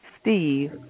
Steve